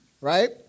right